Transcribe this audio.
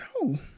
No